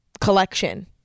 collection